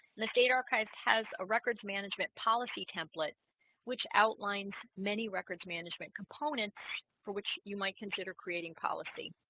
the state archives has a records management policy template which outlines many records management components for which you might consider creating policy